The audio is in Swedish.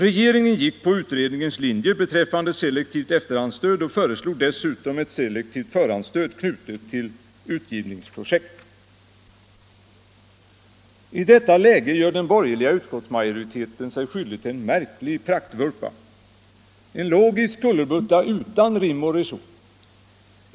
Regeringen följde utredningens linje beträffande selektivt efterhandsstöd och föreslog dessutom ett selektivt förhandsstöd, knutet till utgivningsprojekt. I detta läge gör den borgerliga utskottsmajoriteten sig skyldig till en märklig praktvurpa, en logisk kullerbytta utan rim och reson.